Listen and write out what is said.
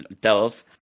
delve